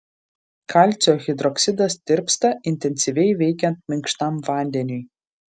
kalcio hidroksidas tirpsta intensyviai veikiant minkštam vandeniui